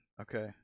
Okay